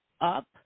up